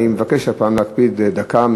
אני מבקש הפעם להקפיד על דקה.